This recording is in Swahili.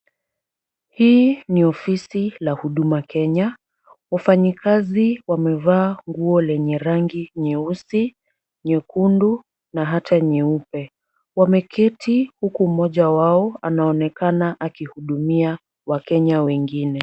Hii ni ofisi la Huduma Kenya. Wafanyikazi wamevaa nguo lenye rangi nyeusi, nyekundu na hata nyeupe. Wameketi huku mmoja wao anaonekana akihudumia wakenya wengine.